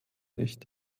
nicht